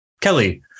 Kelly